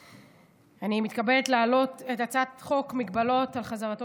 אני מתכבדת להעלות את הצעת חוק מגבלות על חזרתו